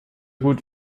gut